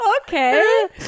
Okay